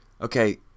Okay